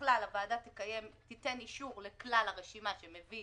ככלל הוועדה תיתן אישור לכלל הרשימה שמביא